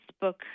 book